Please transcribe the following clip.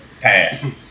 Pass